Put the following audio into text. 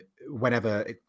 whenever